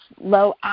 low